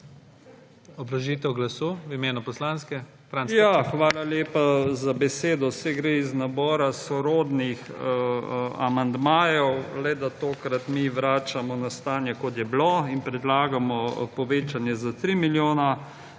Obrazložitev glasu v imenu poslanske